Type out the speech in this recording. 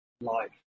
life